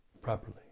properly